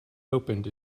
opened